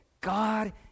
God